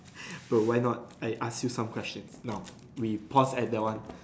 but why not I ask you some question now we pause at that one